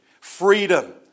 Freedom